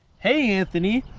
hey, anthony.